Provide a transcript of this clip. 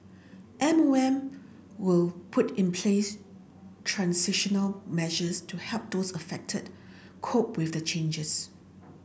M O M will put in place transitional measures to help those affected cope with the changes